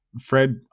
Fred